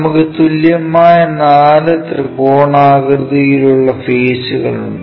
നമുക്ക് തുല്യമായ നാല് ത്രികോണാകൃതിയിലുള്ള ഫെയ്സുകൾ ഉണ്ട്